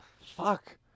Fuck